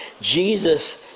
Jesus